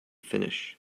finish